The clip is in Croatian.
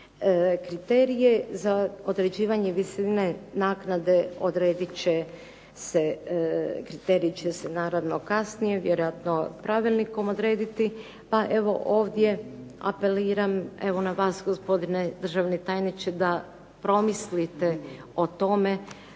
Kriterije za određivanje visine naknade odredit će se naravno kasnije, vjerojatno pravilnikom odrediti. Pa evo ovdje apeliram evo na vas gospodine državni tajniče da promislite o tome